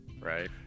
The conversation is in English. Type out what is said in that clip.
right